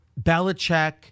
Belichick